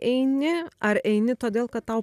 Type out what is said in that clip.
eini ar eini todėl kad tau